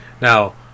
Now